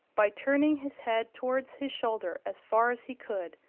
by turning his head towards his shoulder as far as he could,